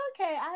okay